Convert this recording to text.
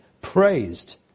praised